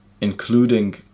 including